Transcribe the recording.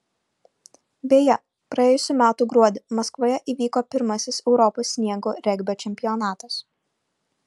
beje praėjusių metų gruodį maskvoje įvyko pirmasis europos sniego regbio čempionatas